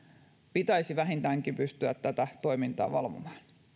pitäisi vähintäänkin pystyä tätä toimintaa valvomaan